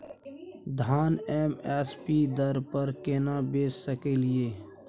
धान M S P दर पर केना बेच सकलियै?